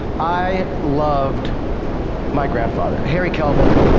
i loved my grandfather. harry kelvin